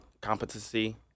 competency